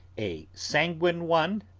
a sanguine one,